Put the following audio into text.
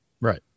Right